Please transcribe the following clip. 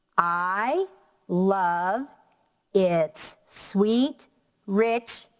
i love it's sweet richness.